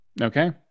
Okay